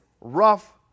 rough